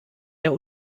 der